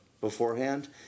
beforehand